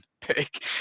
pick